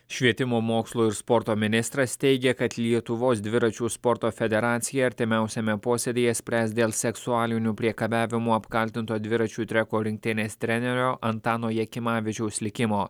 švietimo mokslo ir sporto ministras teigia kad lietuvos dviračių sporto federacija artimiausiame posėdyje spręs dėl seksualiniu priekabiavimu apkaltinto dviračių treko rinktinės trenerio antano jakimavičiaus likimo